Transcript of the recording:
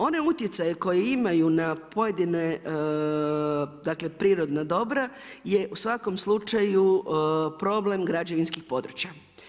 One utjecaje koje imaju na pojedine, dakle, prirodna dobra, je u svakom slučaju, problem građevinskih područja.